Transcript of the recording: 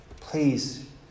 Please